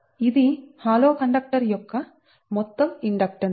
ఇది హాలోబోలు కండక్టర్ యొక్క మొత్తం ఇండక్టెన్స్